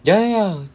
ya ya ya